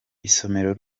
isomero